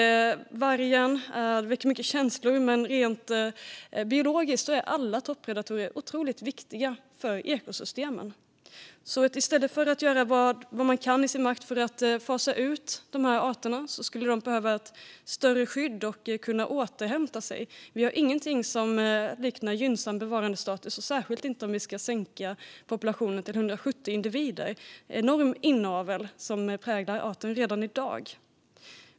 Vargen väcker mycket känslor, men rent biologiskt är alla toppredatorer otroligt viktiga för ekosystemen. Så i stället för att göra vad man kan för att fasa ut dessa arter skulle man behöva ge dem ökat skydd så att de kan återhämta sig. Vi har inget som liknar en gynnsam bevarandestatus för vargen, särskilt inte om vi ska minska populationen till 170 individer. En enorm inavel präglar arten redan i dag.